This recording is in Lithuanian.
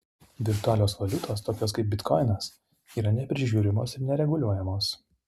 virtualios valiutos tokios kaip bitkoinas yra neprižiūrimos ir nereguliuojamos